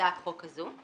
בהצעת החוק הזו.